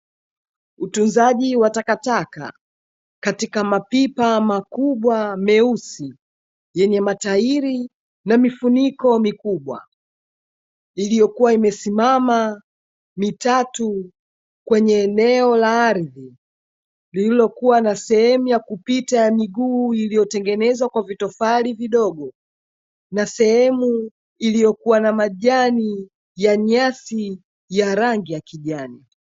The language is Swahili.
Utunzaji wa takataka, katika mapipa makubwa meusi, yenye matairi na mifuniko mikubwa, iliyokuwa imesimama mitatu kwenye eneo la ardhi, lililokuwa na sehemu ya kupita ya miguu iliyotengenezwa kwa vitofali vidogo, na sehemu iliyokuwa na majani ya nyasi, ya rangi ya kijani.